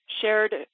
shared